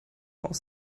aus